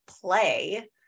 play